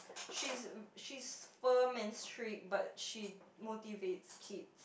she's she's firm and strict but she motivates kid